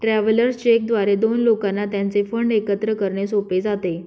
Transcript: travellers cheque द्वारे दोन लोकांना त्यांचे फंड एकत्र करणे सोपे जाते